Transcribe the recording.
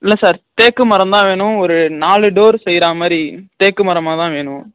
இல்லை சார் தேக்கு மரம் தான் வேணும் ஒரு நாலு டோர் செய்யறா மாதிரி தேக்கு மரமாக தான் வேணும்